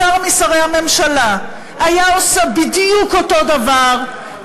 אם שר משרי הממשלה היה עושה בדיוק אותו דבר,